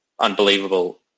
Unbelievable